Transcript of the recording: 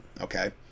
Okay